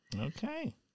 Okay